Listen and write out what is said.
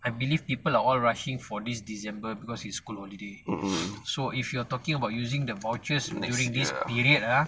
I believe people are all rushing for this december because is school holiday so if you are talking about using the vouchers during this period ah